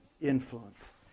influence